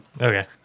Okay